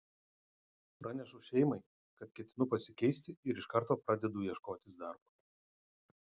pranešu šeimai kad ketinu pasikeisti ir iš karto pradedu ieškotis darbo